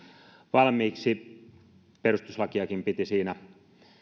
valmiiksi perustuslakiakin piti siinä